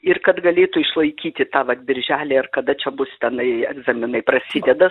ir kad galėtų išlaikyti tą vat birželį ar kada čia bus tenai egzaminai prasideda